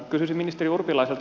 kysyisin ministeri urpilaiselta